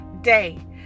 day